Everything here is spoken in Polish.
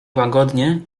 łagodnie